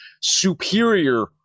superior